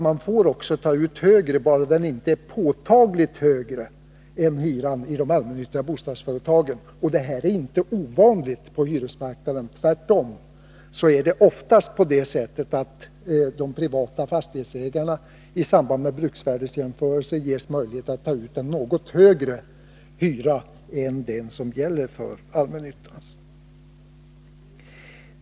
De får ta ut högre hyra, bara den inte är påtagligt högre än hyran i de allmänna bostadsföretagen. Och det är inte ovanligt att så sker på hyresmarknaden. Tvärtom är det oftast på det sättet att de privata fastighetsägarna i samband med bruksvärdesjämförelsen får möjlighet att ta ut en något högre hyra än den som gäller för allmännyttan.